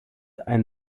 ein